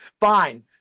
Fine